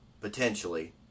Potentially